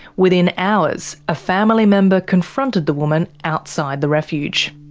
within hours, a family member confronted the woman outside the refuge.